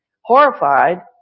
horrified